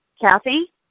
Kathy